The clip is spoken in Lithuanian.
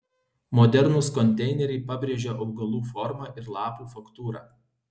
modernūs konteineriai pabrėžia augalų formą ir lapų faktūrą